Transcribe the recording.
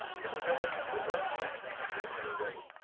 do we know what to do? well, we actually do in many ways.